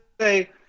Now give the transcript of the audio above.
say